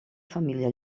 família